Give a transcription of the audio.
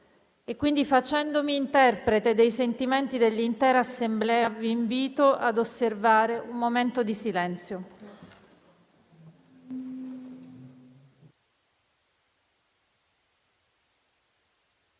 Quindi, facendomi interprete dei sentimenti dell'intera Assemblea, vi invito ad osservare un momento di silenzio*.